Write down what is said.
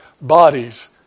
bodies